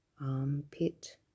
armpit